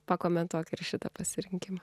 pakomentuok ir šitą pasirinkimą